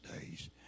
days